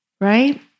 Right